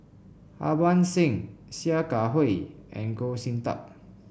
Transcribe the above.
Harbans Singh Sia Kah Hui and Goh Sin Tub